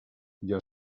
your